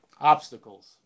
obstacles